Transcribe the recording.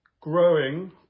growing